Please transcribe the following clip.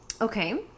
Okay